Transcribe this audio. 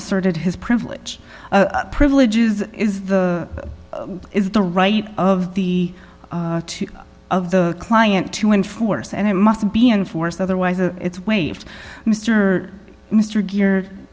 asserted his privilege privileges is the is the right of the two of the client to enforce and it must be enforced otherwise a it's waived mr mr gear